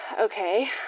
Okay